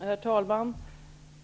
Herr talman!